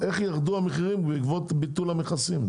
אני רוצה להבין איך ירדו המחירים בעקבות ביטול המכסים.